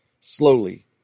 slowly